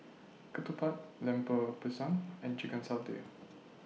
Ketupat Lemper Pisang and Chicken Satay